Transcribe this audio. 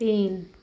तीन